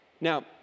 Now